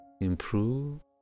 improve